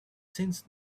since